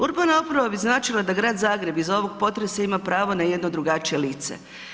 Urbana obnova bi značila da Grad Zagreb iz ovog potresa ima pravo na jedno drugačije lice.